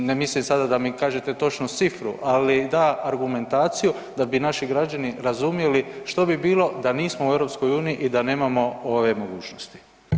Ne mislim sada da mi kažete točno cifru, ali da argumentaciju da bi naši građani razumjeli što bi bilo da nismo u EU i da nemamo ove mogućnosti.